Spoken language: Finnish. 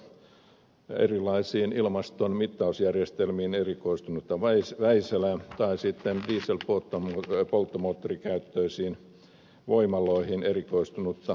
ajatelkaamme vaikka erilaisiin ilmastonmittausjärjestelmiin erikoistunutta vaisalaa tai sitten dieselpolttomoottorikäyttöisiin voimaloihin erikoistunutta wärtsilää